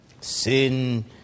Sin